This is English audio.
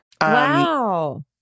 Wow